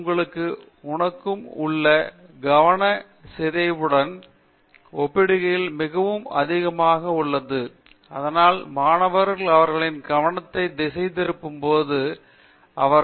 உங்களுக்கும் எனக்கும் உள்ள கவன சிதைவுடன் ஒப்பிடுகையில் மிகவும் அதிகமாக உள்ளது அதனால்தான் மாணவர் அவர்களின் கவனத்தை திசைதிருப்பும்போது அவர்கள் ஆராய்ச்சியில் கவனம் செலுத்த முடியாது